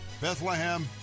Bethlehem